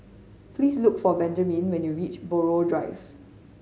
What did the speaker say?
please look for Benjamin when you reach Buroh Drive